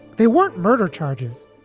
they weren't murder charges,